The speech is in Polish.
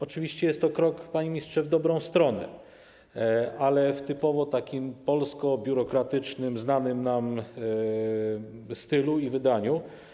Oczywiście jest to krok, panie ministrze, w dobrą stronę, ale w takim typowo polskobiurokratycznym, znanym nam stylu i wydaniu.